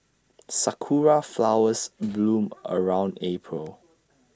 Sakura Flowers bloom around April